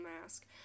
mask